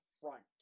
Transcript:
front